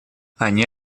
они